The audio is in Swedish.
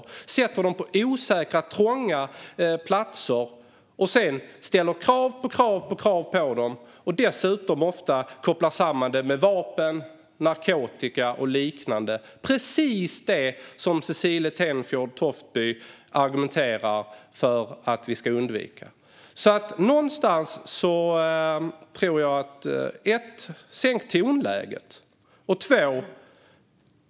De sätter dem på osäkra, trånga platser och ställer sedan krav på krav på dem, dessutom ofta sammankopplat med vapen, narkotika och liknande - precis det som Cecilie Tenfjord Toftby argumenterar för att vi ska undvika. Sänk tonläget!